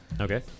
Okay